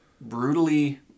brutally